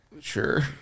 Sure